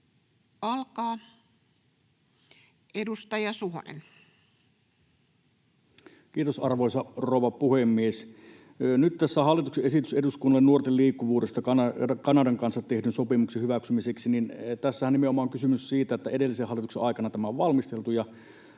Time: 18:39 Content: Kiitos, arvoisa rouva puhemies! Nyt tässä on hallituksen esitys eduskunnalle nuorten liikkuvuudesta Kanadan kanssa tehdyn sopimuksen hyväksymiseksi. Tässähän nimenomaan on kysymys siitä, että edellisen hallituksen aikana on valmisteltu